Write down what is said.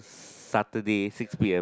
Saturday six p_m